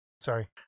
sorry